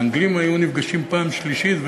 האנגלים היו נפגשים בפעם השלישית,